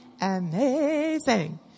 amazing